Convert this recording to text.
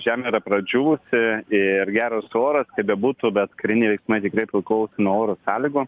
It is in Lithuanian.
žemė yra pradžiūvusi ir geras oras kaip bebūtų bet kariniai veiksmai tikrai priklauso nuo oro sąlygų